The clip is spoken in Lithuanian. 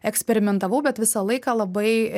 eksperimentavau bet visą laiką labai